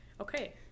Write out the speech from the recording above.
Okay